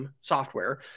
software